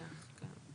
זניח, כן.